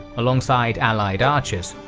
alongside allied archers,